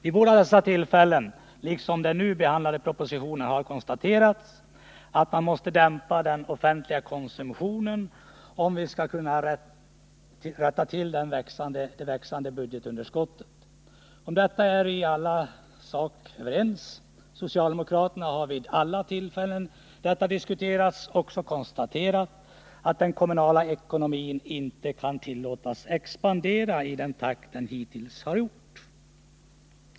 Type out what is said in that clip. I båda dessa propositioner liksom i den nu behandlade propositionen har konstaterats att man måste dämpa den offentliga konsumtionen om vi skall komma till rätta med det växande budgetunderskottet. Om detta är alla i sak överens. Socialdemokraterna har vid alla tillfällen detta diskuterats också konstaterat att den kommunala ekonomin inte kan tillåtas expandera i den takt den hittills gjort.